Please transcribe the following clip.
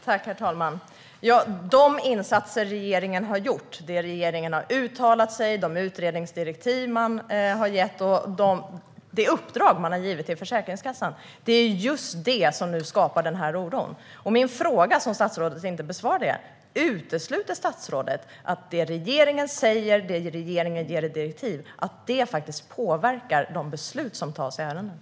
Herr talman! De insatser som regeringen har gjort, de uttalanden som man har gjort, de utredningsdirektiv som man har gett och det uppdrag som Försäkringskassan har fått är just det som skapar oron. Min fråga, som statsrådet inte besvarade, var: Utesluter statsrådet att vad regeringen säger och vad regeringen ger direktiv om påverkar de beslut som tas i ärendena?